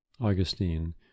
Augustine